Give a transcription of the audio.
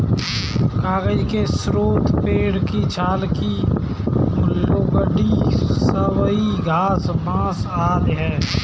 कागज के स्रोत पेड़ के छाल की लुगदी, सबई घास, बाँस आदि हैं